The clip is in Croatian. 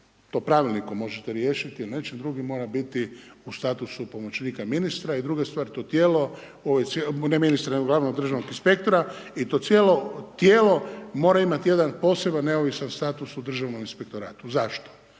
to pravilnikom možete riješiti ili nečim drugim, mora biti u statusu pomoćnika ministra i druga stvar, to tijelo .../Govornik se ne razumije./... nego glavnog državnog inspektora i to cijelo tijelo mora imati jedan poseban neovisan status u Državnom inspektoratu. Zašto?